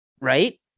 Right